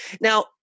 Now